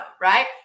right